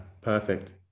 Perfect